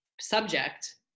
subject